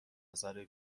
نظر